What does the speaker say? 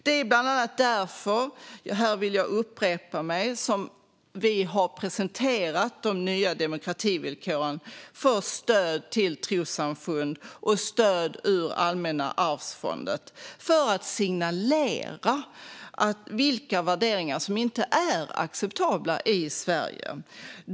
Det är bland annat därför som vi har presenterat - här vill jag upprepa det jag sagt - de nya demokrativillkoren för stöd till trossamfunden och stöd ur Allmänna arvsfonden. Vi vill därigenom signalera vilka värderingar som inte är acceptabla i Sverige.